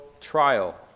trial